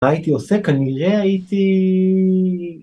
מה הייתי עושה? כנראה הייתי...